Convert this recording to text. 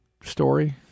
story